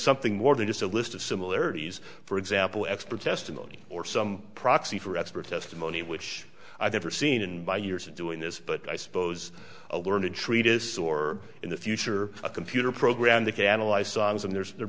something more than just a list of similarities for example expert testimony or some proxy for expert testimony which i've never seen in my years of doing this but i suppose a learned treatise or in the future a computer program that can analyze songs and there's there